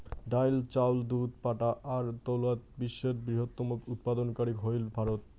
ডাইল, চাউল, দুধ, পাটা আর তুলাত বিশ্বের বৃহত্তম উৎপাদনকারী হইল ভারত